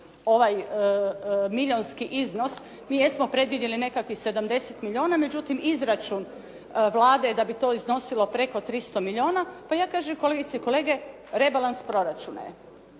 ovaj milijunski iznos. Mi jesmo predvidjeli nekakvih 70 milijuna, međutim izračun Vlade je da bi to iznosilo preko 300 milijuna, pa ja kažem kolegice i kolege, rebalans proračuna